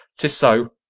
tis so,